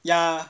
ya